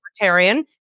Libertarian